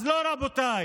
אז לא, רבותיי.